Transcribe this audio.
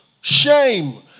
shame